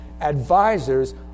advisors